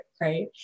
right